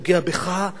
זה מקומם,